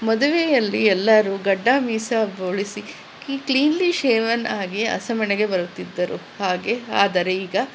ಮದುವೆಯಲ್ಲಿ ಎಲ್ಲರೂ ಗಡ್ಡ ಮೀಸೆ ಬೋಳಿಸಿ ಕ್ಲೀನ್ಲಿ ಶೇವನ್ ಆಗಿ ಹಸೆಮಣೆಗೆ ಬರುತ್ತಿದ್ದರು ಹಾಗೆ ಆದರೆ ಈಗ